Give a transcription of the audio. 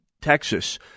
Texas